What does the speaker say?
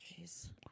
jeez